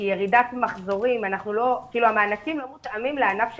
כי המענקים לא מותאמים לענף שלנו.